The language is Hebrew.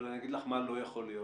אבל אני אגיד לך מה לא יכול להיות.